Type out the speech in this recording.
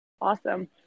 Awesome